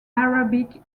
arabic